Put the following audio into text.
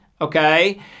okay